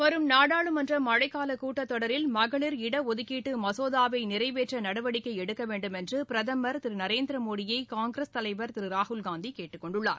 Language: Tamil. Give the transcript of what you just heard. வரும் நாடாளுமன்ற மழைக்காலக் கூட்டத்தொடரில் மகளிர் இடஒதுக்கீட்டு மசோதாவை நிறைவேற்ற நடவடிக்கை எடுக்கவேண்டும் என்று பிரதமர் திரு நரேந்திர மோடியை காங்கிரஸ் தலைவர் திரு ராகுல் காந்தி கேட்டுக்கொண்டுள்ளார்